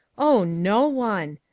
oh, no one.